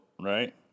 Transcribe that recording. right